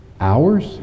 Hours